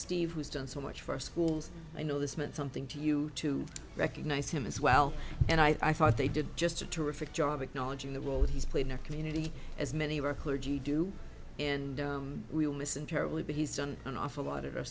steve who's done so much for schools i know this meant something to you to recognize him as well and i thought they did just a terrific job acknowledging the role that he's played in our community as many of our clergy do and we will miss him terribly but he's done an awful lot of our